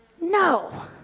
No